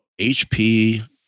HP